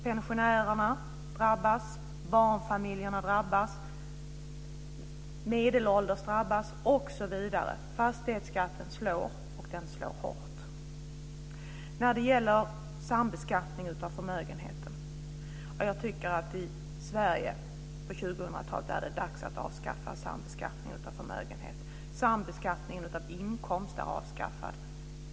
Pensionärerna drabbas, barnfamiljerna drabbas, medelålders drabbas osv. Fastighetsskatten slår, och den slår hårt. När det gäller sambeskattningen av förmögenhet tycker jag att det i Sverige på 2000-talet är dags att avskaffa den. Sambeskattningen av inkomst är avskaffad.